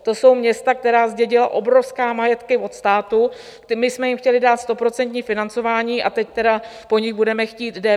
To jsou města, která zdědila obrovské majetky od státu, my jsme chtěli dát stoprocentní financování a teď tedy po nich budeme chtít DPH?